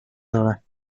dole